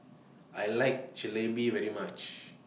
I like Jalebi very much